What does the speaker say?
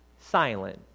silent